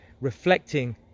reflecting